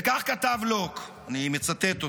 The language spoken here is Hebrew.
כך כתב לוק, ואני מצטט אותו: